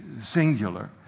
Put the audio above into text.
singular